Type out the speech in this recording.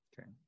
Okay